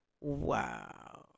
Wow